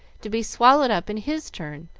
to be swallowed up in his turn,